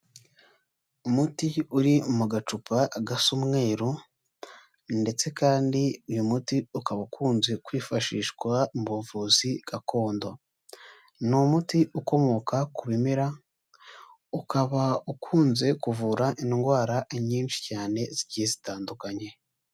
Umuti uri mu gacupa gasa umweru, ndetse kandi uyu muti ukaba ukunze kwifashishwa mu buvuzi gakondo. Ni umuti ukomoka ku bimera, ukaba ukunze kuvura indwara nyinshi cyane zigiye zitandukanye.